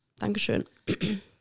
Dankeschön